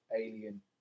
Alien